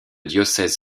diocèse